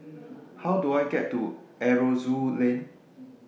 How Do I get to Aroozoo Lane